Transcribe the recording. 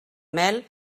mel